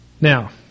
Now